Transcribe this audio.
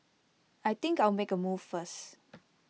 I think I'll make A move first